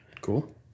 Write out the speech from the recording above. Cool